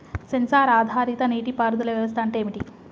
Censor ఆధారిత నీటి పారుదల వ్యవస్థ అంటే ఏమిటి?